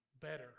better